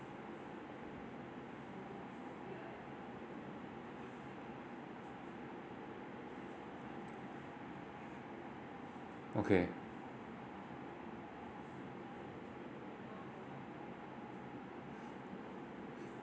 okay